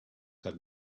have